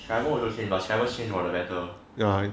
simon also change but simon changed for the better